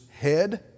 head